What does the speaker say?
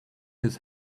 his